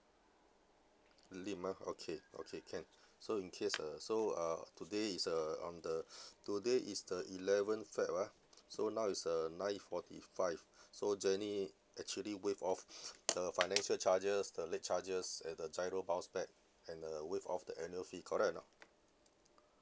lim ah okay okay can so in case uh so uh today is uh on the today is the eleventh feb ah so now it's uh nine forty five so jenny actually waive off the financial charges the late charges and the GIRO bounce back and waive off the annual fee correct or not